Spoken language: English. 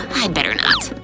um i'd better not.